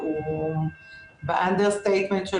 באנדרסטייטמנט,